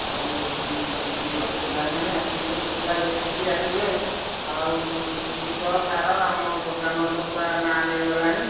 ଆଉ କିଛି ଅସୁବିଧା ନାହିଁ ଆସନ୍ତୁ ସୁବିଧା ଦେଖିକି ଆସିବେ ଆଉ ବିଷ ସାର ଆମ ଦୋକାନ ତ ପୁରା ନାଁ ନେଇଗଲାଣି